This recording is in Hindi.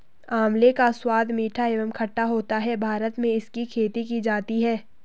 आंवले का स्वाद मीठा एवं खट्टा होता है भारत में इसकी खेती की जाती है